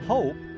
Hope